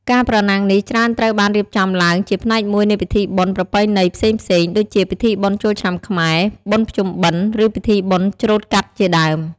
ការប្រណាំងនេះច្រើនត្រូវបានរៀបចំឡើងជាផ្នែកមួយនៃពិធីបុណ្យប្រពៃណីផ្សេងៗ ដូចជាពិធីបុណ្យចូលឆ្នាំខ្មែរ បុណ្យភ្ជុំបិណ្ឌ ឬពិធីបុណ្យច្រូតកាត់ជាដើម។